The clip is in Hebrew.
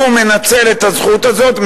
הוא מנצל את הזכות הזאת,